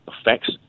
effects